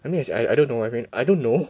I mean as in I don't know I mean I don't know